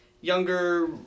younger